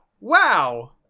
wow